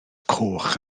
coch